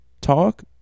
talk